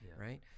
right